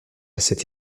cette